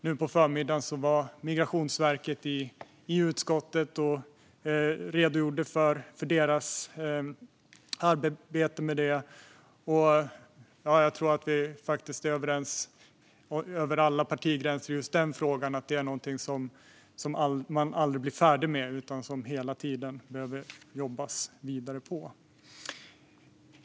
Nu på förmiddagen var Migrationsverket i utskottet och redogjorde för sitt arbete med detta. Jag tror att vi är överens över alla partigränser i just den frågan - detta är någonting som man aldrig blir färdig med utan som det hela tiden behöver jobbas vidare på.